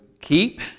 Keep